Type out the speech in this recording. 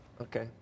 Okay